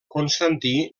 constantí